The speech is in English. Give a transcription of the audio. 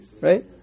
right